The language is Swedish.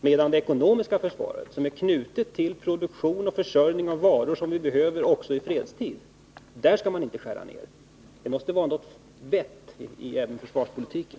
Men inom det ekonomiska försvaret, som är knutet till produktion och försörjning av varor som vi behöver också i fredstid, skall man inte skära ned. Det måste vara något vett även i försvarspolitiken.